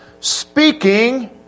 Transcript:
speaking